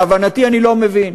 להבנתי, אני לא מבין.